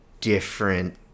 different